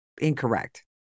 incorrect